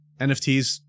NFTs